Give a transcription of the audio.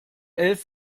elf